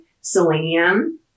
selenium